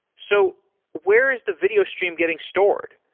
so where is the video stream getting stored?